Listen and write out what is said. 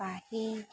বাঁহী